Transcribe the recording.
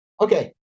okay